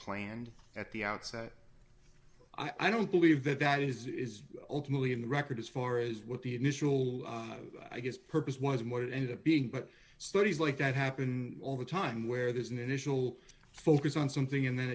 planned at the outset i don't believe that that is ultimately in the record as far as what the initial i guess purpose was more it ended up being but studies like that happen all the time where there's an initial focus on something and then